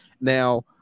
Now